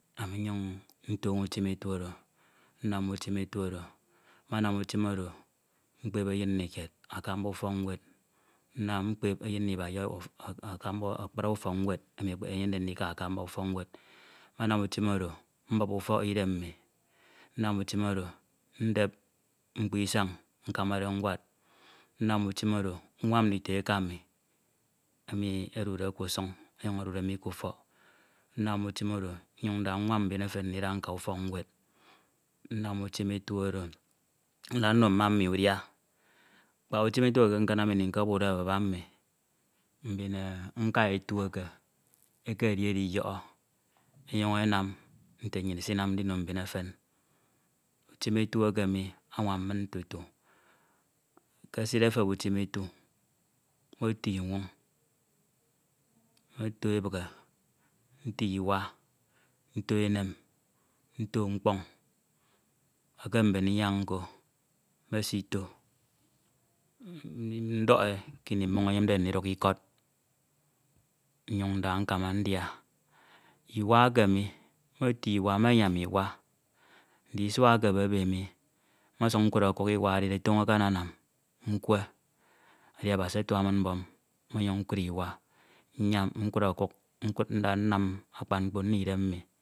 ami nnyin ntoño utim etu oro, mana utim etu oro nnyiñ nkud k'utim efu Oro nda mkpep eyin nni kied akamba ufọk ñwed nda mkoep eyin kied akpri ufọk ñwed emi eyende ndika akamba ufọk ñwed manam utim oro mbup ufọk idem mmi. mmanam utim oro ndep mkpo isañ nkamade nwad nnam utim oro, nwam ndito eka mi, emi edude k'usuñ enyuñ esude mi k'ufọk nnyuñ nda mwam mbin efen ndida nka ufọk ñwed. Nnam utim etu oro nda nno mma mmi udia, kpak ufim etu oro ke nkanam ini nke bukde baba mmi, mbin nka etu eke ekededi ediyọhọ enyuñ enam nte nnyin isinamde ino mbin efen ufim etu eke mi anwam min etieti ke eside efep ufim etu, mmoto inwoñ mmo to ebighe nto iwa nto enem nto mkpọñ eke mben inyañ nko mesito e ndọk e kini mmoñ enyemde ndiduk ikọd nnyin nda nkama ndia. Iwa eke mi mmoto iwa mmayam iwa, nte isua eke ebebe mj mokud iwa edide toño akananam nkwe edi. Abasi atua min mmọnyan nkud iwa nyam iwa nyam nkud ọkuk nda nnam akpan mkpo nno idem mi